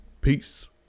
Peace